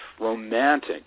romantic